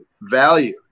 value